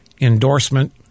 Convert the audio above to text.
endorsement